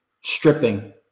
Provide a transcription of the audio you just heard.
stripping